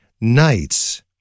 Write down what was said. nights